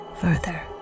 further